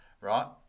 right